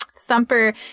Thumper